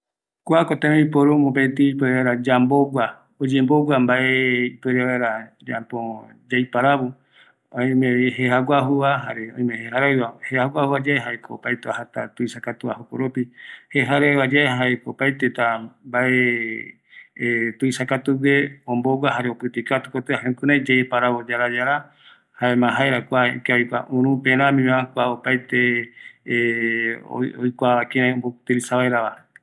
Kuako jae yaiporu yambogua vaera opaete mbae, jaeko urupe, kuaq oipotague guinoï, yaiporu oipota pegua, ani kïraï yave nbae yambogua